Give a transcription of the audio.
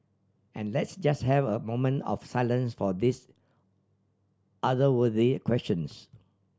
and let's just have a moment of silence for these otherworldly questions